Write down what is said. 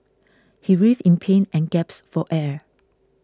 he writhed in pain and gasped for air